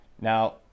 now